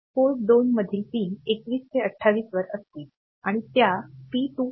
port 2 मधील pin 21 ते 28 वर असतील आणि त्या पी 2